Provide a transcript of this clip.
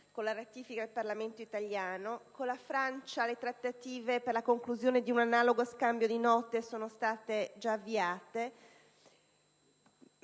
con la ratifica da parte del Parlamento italiano. Con la Francia le trattative per la conclusione di un analogo Scambio di Note sono state già avviate,